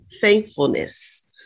thankfulness